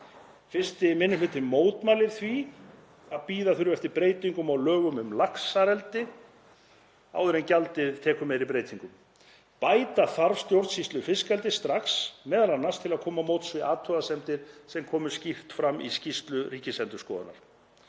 1. minni hluti mótmælir því að bíða þurfi eftir breytingum á lögum um laxeldi áður en gjaldið tekur meiri breytingum. Bæta þarf stjórnsýslu fiskeldis strax, m.a. til að koma til móts við athugasemdir sem komu skýrt fram í skýrslu Ríkisendurskoðunar.